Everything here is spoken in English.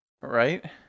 Right